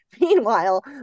Meanwhile